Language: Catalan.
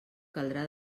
caldrà